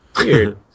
Weird